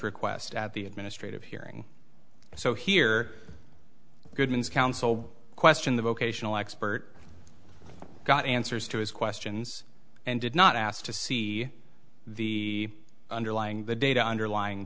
request at the administrative hearing so here goodmans counsel question the vocational expert got answers to his questions and did not ask to see the underlying the data underlying